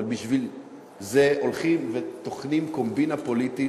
אבל בשביל זה הולכים וטוחנים קומבינה פוליטית,